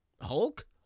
Hulk